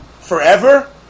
forever